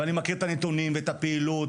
ואני מכיר את הנתונים ואת הפעילות,